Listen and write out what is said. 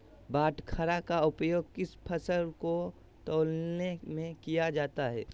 बाटखरा का उपयोग किस फसल को तौलने में किया जाता है?